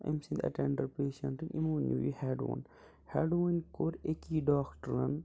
أمۍ سٕنٛدۍ ایٚٹیٚنٛڈنٛٹ پیشیٚنٛٹٕنۍ یِمو نیٛو یہِ ہیٚڈوُن ہیٚڈوٕنۍ کوٚر أکی ڈاکٹرَن